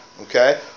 okay